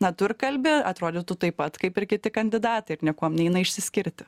na tu ir kalbi atrodytų taip pat kaip ir kiti kandidatai ir niekuom neina išsiskirti